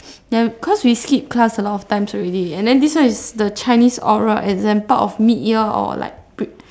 then cause we skip class a lot of times already and then this one is the chinese oral exam part of mid year or like pre~